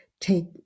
take